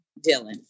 Dylan